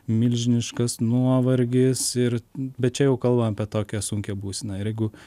milžiniškas nuovargis ir bet čia jau kalbam apie tokią sunkią būseną ir jeigu